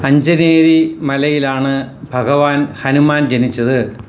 അഞ്ചനേരി മലയിലാണ് ഭഗവാൻ ഹനുമാൻ ജനിച്ചത്